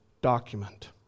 document